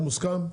זה מוסכם?